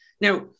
Now